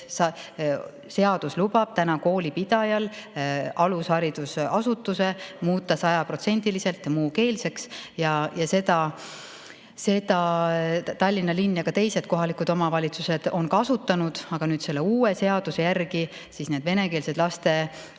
Seadus lubab kooli pidajal alusharidusasutuse muuta sajaprotsendiliselt muukeelseks ja seda Tallinna linn ja ka teised kohalikud omavalitsused on kasutanud. Aga nüüd selle uue seaduse järgi need venekeelsed lasteaiad